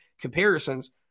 comparisons